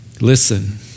Listen